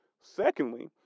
Secondly